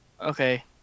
Okay